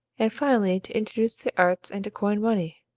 and finally to introduce the arts and to coin money,